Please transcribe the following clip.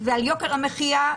על יוקר המחיה,